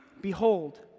Behold